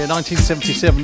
1977